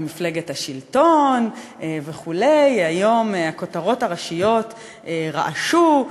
במפלגת השלטון וכו' היום הכותרות הראשיות רעשו: